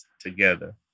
together